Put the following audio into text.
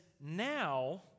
Now